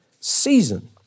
season